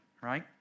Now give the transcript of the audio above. right